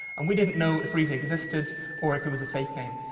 and we didn't know if rita existed or if it was a fake name.